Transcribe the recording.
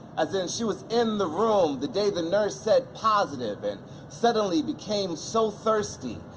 as in, she was in the room the day the nurse said positive and suddenly became so thirsty,